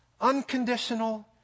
unconditional